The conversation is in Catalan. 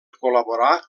col·laborar